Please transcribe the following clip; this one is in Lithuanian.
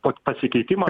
pat pasikeitimų